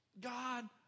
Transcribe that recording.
God